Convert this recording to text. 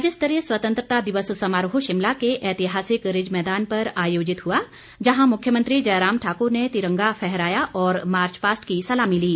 राज्यस्तरीय स्वतंत्रता दिवस समारोह शिमला के ऐतिहासिक रिज मैदान पर आयोजित हुआ जहां मुख्यमंत्री जयराम ठाकुर ने तिरंगा फहराया और मार्च पास्ट की सलामी ली